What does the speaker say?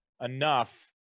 enough